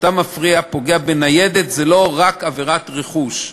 כשאתה מפריע, פוגע בניידת, זה לא רק עבירת רכוש.